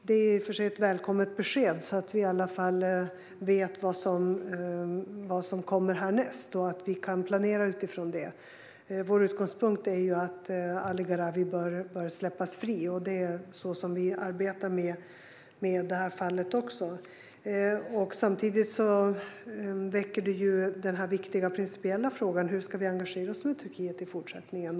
Det är i och för sig ett välkommet besked, så att vi i alla fall vet vad som kommer härnäst och kan planera utifrån det. Vår utgångspunkt är ju att Ali Gharavi bör släppas fri, och det är så som vi arbetar med fallet. Samtidigt väcks den viktiga principiella frågan om hur vi ska engagera oss i Turkiet i fortsättningen.